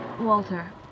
Walter